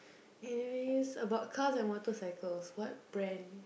if it is about cars and motorcycles what brand